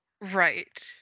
Right